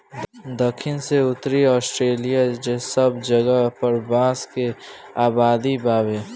दखिन से उत्तरी ऑस्ट्रेलिआ सब जगह पर बांस के आबादी बावे